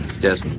yes